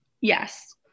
yes